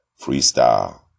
freestyle